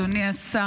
אדוני השר,